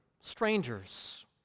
strangers